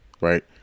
right